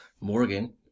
Morgan